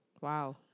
Wow